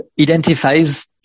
identifies